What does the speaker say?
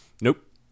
Nope